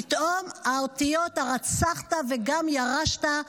פתאום האותיות "הרצחת וגם ירשת"